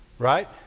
Right